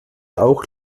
auch